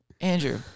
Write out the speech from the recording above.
Andrew